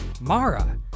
Mara